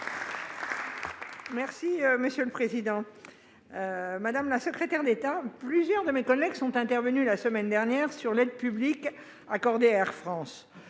Les Républicains. Madame la secrétaire d'État, plusieurs de mes collègues sont intervenus la semaine dernière sur l'aide publique accordée à Air France.